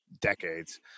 decades